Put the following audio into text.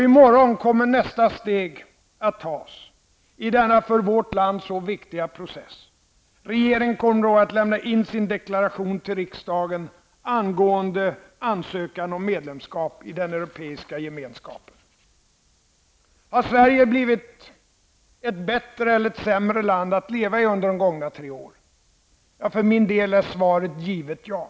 I morgon kommer nästa steg att tas i denna för vårt land så viktiga process. Regeringen kommer då att lämna in sin deklaration till riksdagen angående ansökan om medlemskap i den europeiska gemenskapen. Har Sverige blivit ett bättre eller ett sämre land att leva i under de gångna tre åren? För min del är svaret givet: Ja.